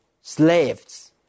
slaves